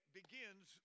begins